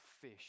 fish